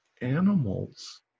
animals